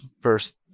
first